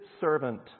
servant